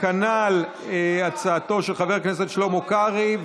כנ"ל הצעתו של חבר הכנסת שלמה קרעי.